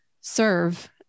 serve